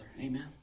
amen